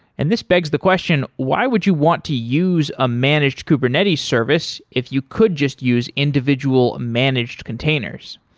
and this begs the question why would you want to use a managed kubernetes service if you could just use individual managed containers?